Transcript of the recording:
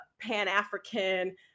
Pan-African